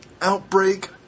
Outbreak